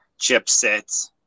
chipsets